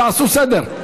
תעשו סדר.